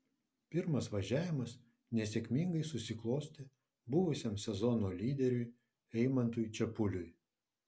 pirmas važiavimas nesėkmingai susiklostė buvusiam sezono lyderiui eimantui čepuliui